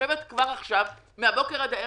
צריך לשבת כבר עכשיו מהבוקר עד הערב,